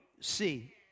See